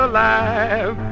Alive